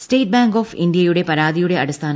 state bank of ഇന്ത്യയുടെ പരാതിയുടെ അടിസ്ഥാനത്തിൽ സി